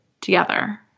together